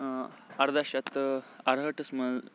اردَہ شٚیتھ تہٕ ارہٲٹھس منٛز